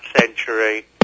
century